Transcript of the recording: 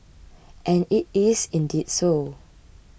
and it is indeed so